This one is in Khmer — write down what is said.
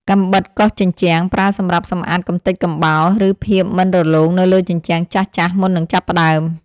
កាំបិតកោសជញ្ជាំង ប្រើសម្រាប់សម្អាតកម្ទេចកំបោរ ឬភាពមិនរលោងនៅលើជញ្ជាំងចាស់ៗមុននឹងចាប់ផ្ដើម។